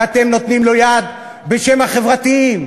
ואתם נותנים לו יד בשם החברתיים.